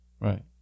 Right